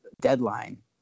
deadline